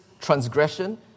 transgression